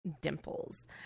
dimples